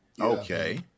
okay